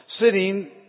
sitting